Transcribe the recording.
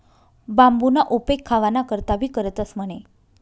बांबूना उपेग खावाना करता भी करतंस म्हणे